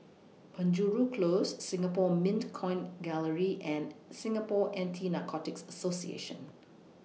Penjuru Close Singapore Mint Coin Gallery and Singapore Anti Narcotics Association